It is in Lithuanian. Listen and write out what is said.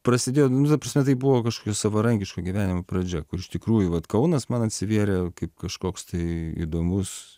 prasidėjo nu ta prasme tai buvo kažkokio savarankiško gyvenimo pradžia kur iš tikrųjų vat kaunas man atsivėrė kaip kažkoks tai įdomus